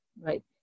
right